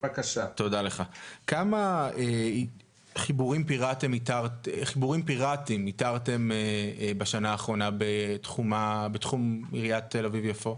כמה חיבורים פיראטים איתרתם בשנה האחרונה בתחום עיריית תל אביב-יפו?